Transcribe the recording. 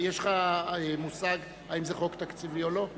יש לך מושג האם זה חוק תקציבי או לא?